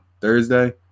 thursday